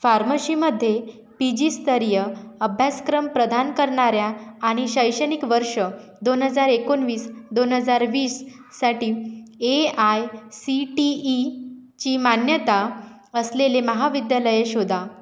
फार्मशीमध्ये P जीस्तरीय अभ्यासक्रम प्रदान करणाऱ्या आणि शैक्षणिक वर्ष दोन हजार एकोणवीस दोन हजार वीससाटी ए आय सी टी ईची मान्यता असलेली महाविद्यालये शोधा